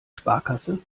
sparkasse